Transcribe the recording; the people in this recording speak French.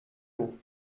eau